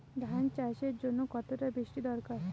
ধান চাষের জন্য কতটা বৃষ্টির দরকার?